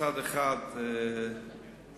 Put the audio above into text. מצד אחד את הבעיה,